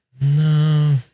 No